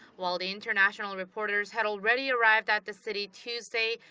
while the international reporters had already arrived at the city tuesday,